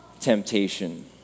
temptation